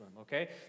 okay